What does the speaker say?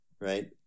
right